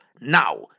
now